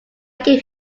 gave